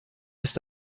ist